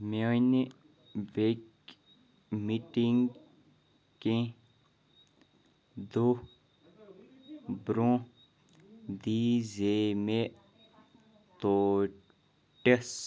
میانہِ ویٚکہِ مِٹِنٛگ کینٛہہ دۄہ برٛونٛہہ دی زے مےٚ توٹِس